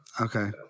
Okay